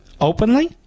Openly